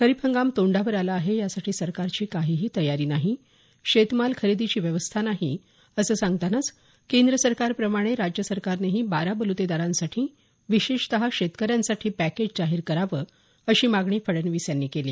खरीप हंगाम तोंडावर आला आहे यासाठी सरकारची काहीही तयारी नाही शेतमाल खरेदीची व्यवस्था नाही असं सांगतानाच केंद्र सरकारप्रमाणे राज्यसरकारनेही बारा बलुतेदारांसाठी विशेषत शेतकऱ्यांसाठी पॅकेज जाहीर करावं अशी मागणी फडणवीस यांनी केली